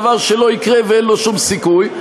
דבר שלא יקרה ואין לו שום סיכוי.